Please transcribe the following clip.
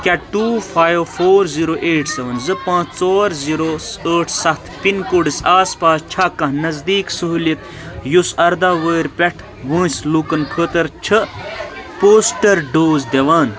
کیٛاہ two five four zero eight seven زٕ پانٛژھ ژور زیٖرو ایٹ سَتھ پِن کوڈس آس پاس چھا کانٛہہ نزدیٖک سہوٗلیت یُس اَرداہ وُہُر پیٚٹھٕ وٲنٛسہِ لوٗکَن خٲطرٕ چھ پوٗسٹر ڈوز دِوان